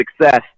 success